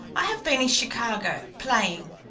i have been in chicago, playing,